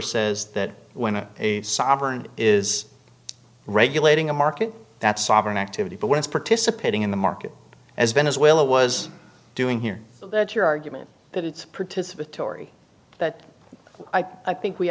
says that when a sovereign is regulating a market that's sovereign activity but once participating in the market as venezuela was doing here so that your argument that it's participatory that i think we